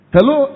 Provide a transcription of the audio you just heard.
Hello